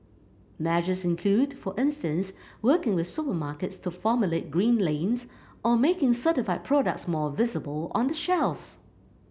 measures include for instance working with supermarkets to formulate green lanes or making certified products more visible on the shelves